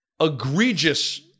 egregious